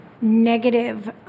negative